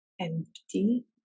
empty